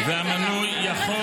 והמנוי יכול